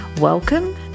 Welcome